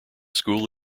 school